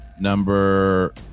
number